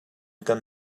kan